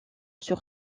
sur